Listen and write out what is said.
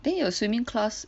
then your swimming class